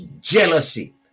jealousy